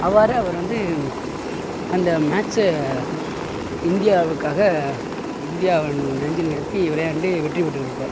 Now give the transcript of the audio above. அவ்வாறு அவர் வந்து அந்த மேட்சை இந்தியாவுக்காக இந்தியாவை நெஞ்சில் நிறுத்தி விளையாண்டு வெற்றி பெற்று இருப்பார்